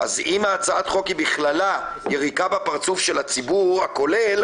אם הצעת החוק היא בכללה יריקה בפרצוף של הציבור הכולל,